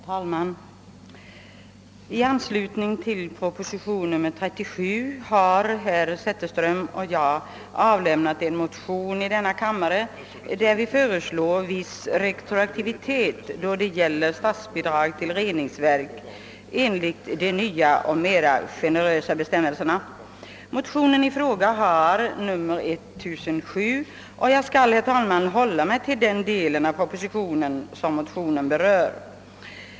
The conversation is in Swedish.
Herr talman! I anslutning till framläggandet av proposition nr 37 har herr Zetterström och jag väckt en motion, II: 1007, vari vi föreslår viss retroaktivitet då det gäller statsbidrag till reningsverk enligt de nya och mer generösa bestämmelserna. Jag skali, herr talman, hålla mig till den del av propositionen som motionen berör.